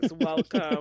Welcome